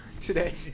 today